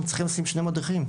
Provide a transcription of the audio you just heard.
הם צריכים לשים שני מדריכים,